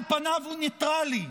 על פניו הוא ניטרלי,